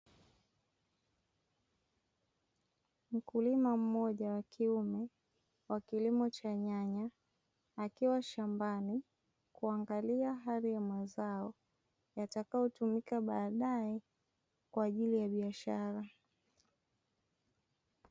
Mkulima mmoja wa kiume wa kilimo cha nyanya akiwa shambani akiangalia hali ya mazao, yatakayo tumika baadaye kwa ajili ya biashara.